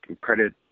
credit